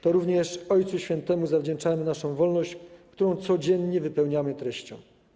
To również ojcu św. zawdzięczamy naszą wolność, którą codziennie wypełniamy treścią.